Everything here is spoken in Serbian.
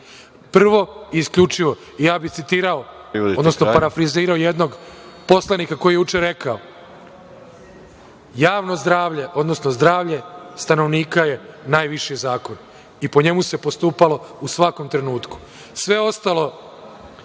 i isključivo, ja bih citirao, odnosno parafrazirao jednog poslanika koji je juče rekao – javno zdravlje, odnosno zdravlje stanovnika je najviši zakon i po njemu se postupalo u svakom trenutku. Sve ostalo,